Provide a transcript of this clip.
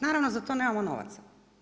Naravno, za to nemamo novaca.